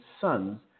sons